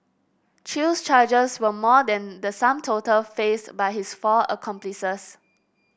chew's charges were more than the sum total faced by his four accomplices